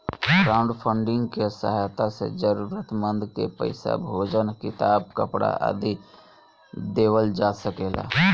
crowdfunding के सहायता से जरूरतमंद के पईसा, भोजन किताब, कपरा आदि देवल जा सकेला